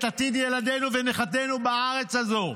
את עתיד ילדינו ונכדינו בארץ הזו,